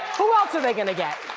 who else are they gonna get?